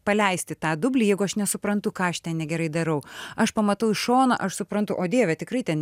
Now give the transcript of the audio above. paleisti tą dublį jeigu aš nesuprantu ką aš ten negerai darau aš pamatau iš šono aš suprantu o dieve tikrai ten